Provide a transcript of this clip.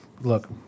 look